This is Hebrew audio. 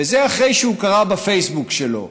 וזה אחרי שהוא קרא בפייסבוק שלו.